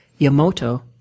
Yamoto